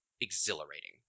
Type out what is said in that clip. exhilarating